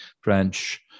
French